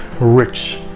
rich